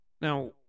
now